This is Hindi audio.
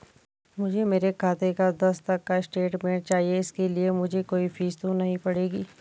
मुझे मेरे खाते का दस तक का स्टेटमेंट चाहिए इसके लिए मुझे कोई फीस तो नहीं पड़ेगी?